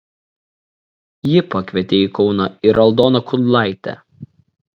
ji pakvietė į kauną ir aldoną kudlaitę